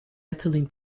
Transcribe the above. ethylene